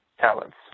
talents